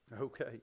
Okay